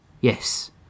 Yes